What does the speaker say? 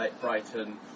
Brighton